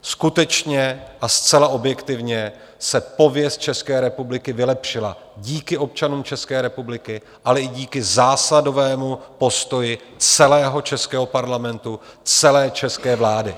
Skutečně a zcela objektivně se pověst České republiky vylepšila díky občanům České republiky, ale i díky zásadovému postoji celého českého parlamentu, celé české vlády.